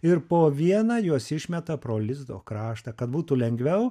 ir po vieną juos išmeta pro lizdo kraštą kad būtų lengviau